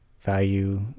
value